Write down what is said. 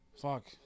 Fuck